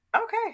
Okay